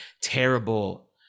terrible